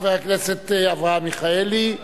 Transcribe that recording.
חבר הכנסת אברהם מיכאלי,